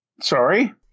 Sorry